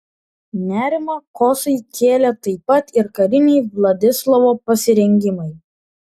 nerimą kosai kėlė taip pat ir kariniai vladislovo pasirengimai